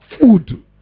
Food